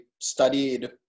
studied